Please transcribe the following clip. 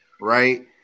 right